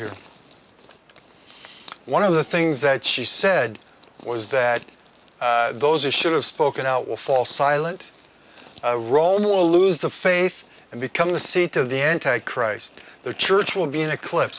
here one of the things that she said was that those it should have spoken out will fall silent role more lose the faith and become the seat of the anti christ the church will be in eclip